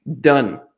done